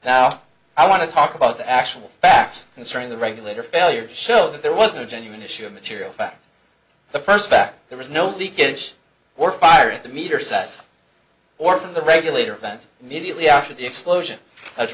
now i want to talk about the actual facts concerning the regulator failure to show that there wasn't a genuine issue of material fact the first fact there was no leakage or fire at the meter site or from the regulator vent mediately after the explosion was